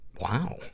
Wow